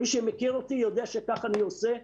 מי שמכיר אותי, יודע שכך אני עושה.